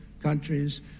countries